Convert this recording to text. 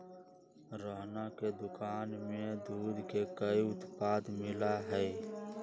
रोहना के दुकान में दूध के कई उत्पाद मिला हई